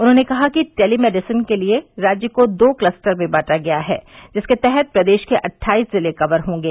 उन्होंने कहा कि टेली मेडिसिन के लिये राज्य को दो क्लस्टर में बांटा गया है जिसके तहत प्रदेश के अट्ठाईस जिले कवर होंगे